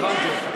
הבנתי אותך.